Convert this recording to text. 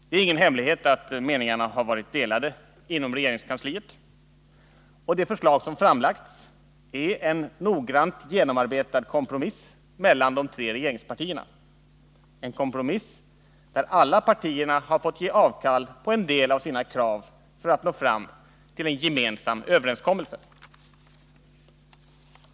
Det är ingen hemlighet att meningarna har varit delade inom regeringskansliet, och det förslag som framlagts är en noggrant genomarbetad kompromiss mellan de tre regeringspartierna — en kompromiss där alla partier har fått ge avkall på en del av sina krav för att nå fram till en gemensam överenskommelse.